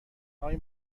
آقای